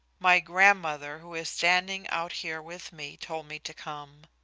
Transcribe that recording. my grandmother, who is standing out here with me, told me to come